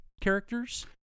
characters